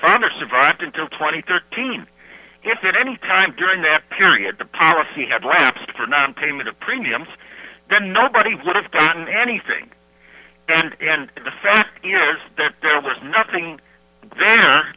father survived until twenty thirteen yes at any time during that period the policy had lapsed for nonpayment of premiums then nobody would have gotten anything done and the fact that there was nothing t